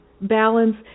balance